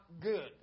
good